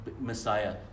Messiah